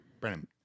Brennan